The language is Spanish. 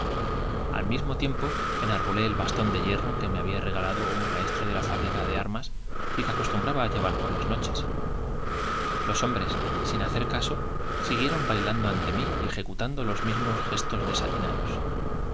al mismo tiempo enarbolé el bastón de hierro que había me regalado un maestro de la fábrica de armas y que acostumbraba á llevar por las noches los hombres sin hacer caso siguieron bailando ante míy ejecutando los mismos gestos desatinados